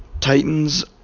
Titans